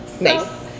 Nice